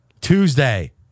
Tuesday